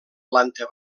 planta